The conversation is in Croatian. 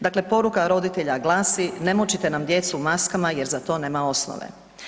Dakle, poruka roditelja glasi, ne mučite nam djecu maskama jer za to nema osnove.